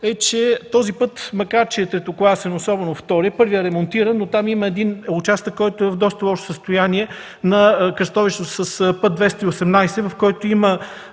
е, че този път, макар че е третокласен – особено втория, първият е ремонтиран, но там има един участък, който е в много лошо състояние. Това е на кръстовището с път 218, в който има